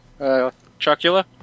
Chocula